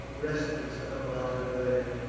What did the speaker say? restless amata lay,